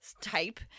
type